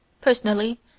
Personally